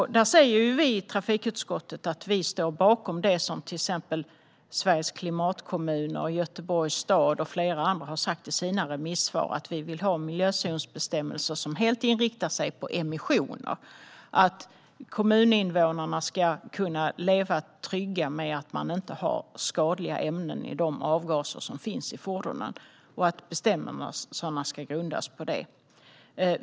Vi i trafikutskottet säger att vi står bakom det som till exempel Sveriges klimatkommuner, Göteborgs stad och flera andra har sagt i sina remissvar: Vi vill ha miljözonsbestämmelser som helt inriktar sig på emissioner. Kommuninvånarna ska kunna leva i trygghet med att man inte har skadliga ämnen i de avgaser som finns i fordonen, och bestämmelserna ska grundas på det.